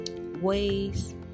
ways